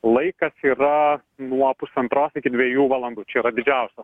laikas yra nuo pusantros iki dviejų valandų čia yra didžiausia